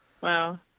Wow